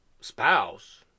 Spouse